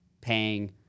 paying